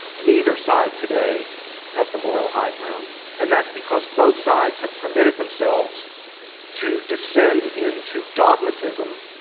neither side today has the moral high ground and that's because both sides have permitted themselves to descend into dogmatism,